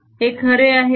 हे खरे आहे का